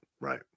right